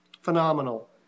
phenomenal